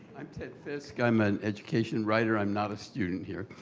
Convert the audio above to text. i'm ted fisk, i'm an education writer, i'm not a student here.